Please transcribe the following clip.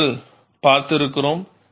நாங்கள் பார்த்திருக்கிறோம்